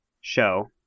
show